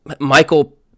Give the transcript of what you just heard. Michael